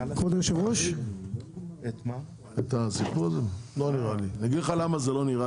ואני אגיד לך למה.